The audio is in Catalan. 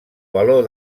valor